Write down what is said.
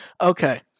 okay